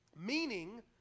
meaning